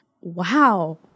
Wow